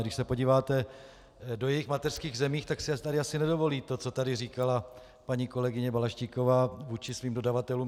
Když se podíváte do jejich mateřských zemí, tak si asi nedovolí to, co říkala paní kolegyně Balaštíková, vůči svým dodavatelům.